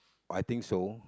I think so